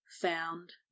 found